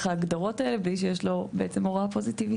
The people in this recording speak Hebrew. ההגדרות האלה בלי שיש לו בעצם הגדרה פוזיטיבית.